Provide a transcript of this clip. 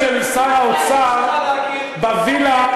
רוצה להתחלף עם, בווילה,